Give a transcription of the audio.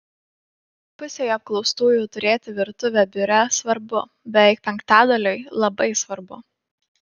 pusei apklaustųjų turėti virtuvę biure svarbu beveik penktadaliui labai svarbu